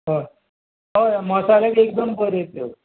हय हय मसाल्याक एकदम बऱ्यो त्यो